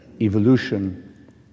evolution